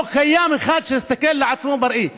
לא קיים אחד שיסתכל על עצמו בראי.